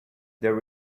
their